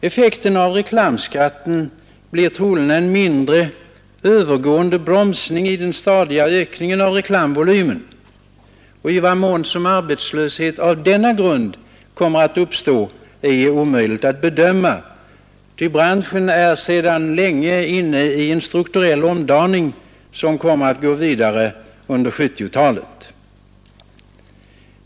Effekten av reklamskatten blir troligen en mindre, övergående bromsning av den stadiga ökningen av reklamvolymen. I vad mån arbetslöshet på denna grund kommer att uppstå är omöjligt att bedöma. Branschen är sedan länge inne i en strukturell omdaning som kommer att gå vidare under 1970-talet.